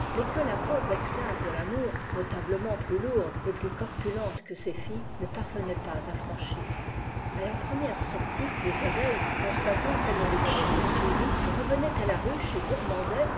mais que la pauvre esclave de l'amour notablement plus loun et plus corpulente que ses filles ne pary nait pas à franchir a la première sortie les abeilles constatant qu'elle ne les avait pas suivies revenaient à la ruche et